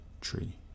tree